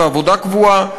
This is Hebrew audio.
ועבודה קבועה,